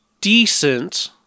decent